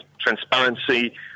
transparency